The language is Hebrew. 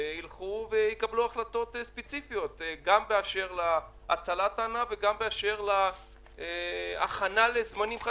יקבלו החלטות ספציפיות גם באשר להצלת הענף וגם באשר להכנה לזמנים חדשים,